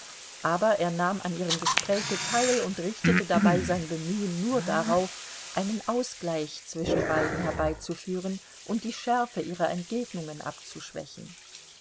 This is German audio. aber er nahm an ihrem gespräche teil und richtete dabei sein bemühen nur darauf einen ausgleich zwischen beiden herbeizuführen und die schärfe ihrer entgegnungen abzuschwächen